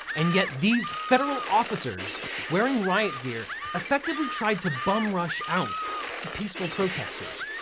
and get these federal officers wearing riot gear effectively tried to bum rush out peaceful protesters.